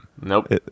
Nope